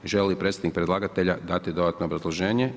Želi li predstavnik predlagatelj dati dodatno obrazloženje?